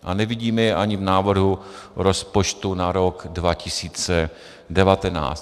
A nevidíme ji ani v návrhu rozpočtu na rok 2019.